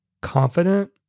confident